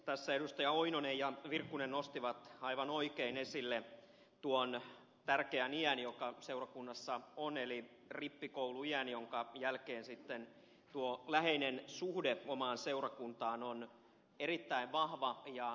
tässä edustajat oinonen ja virkkunen nostivat aivan oikein esille tuon tärkeän iän joka seurakunnassa on eli rippikouluiän jonka jälkeen tuo läheinen suhde omaan seurakuntaan on erittäin vahva